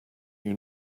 you